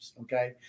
Okay